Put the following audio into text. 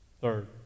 Third